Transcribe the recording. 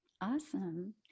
Awesome